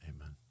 Amen